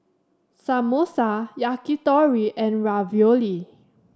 Samosa Yakitori and Ravioli